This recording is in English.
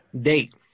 date